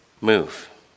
Move